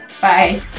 Bye